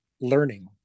learning